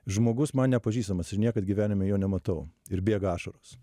žmogus man nepažįstamas ir niekad gyvenime jo nematau ir bėga ašaros